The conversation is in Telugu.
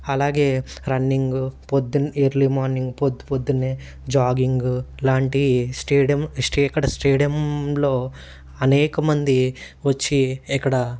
అలాగే రన్నింగు పొద్దు ఎర్లీ మార్నింగ్ పొద్దు పొద్దున్నే జాగింగ్ లాంటివి స్టేడియం ఇక్కడ స్టేడియంలో అనేకమంది వచ్చి ఇక్కడ